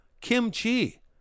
kimchi